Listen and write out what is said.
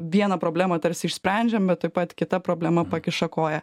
vieną problemą tarsi išsprendžiam bet taip pat kita problema pakiša koją